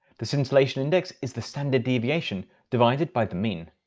the scintillation index is the standard deviation divided by the mean.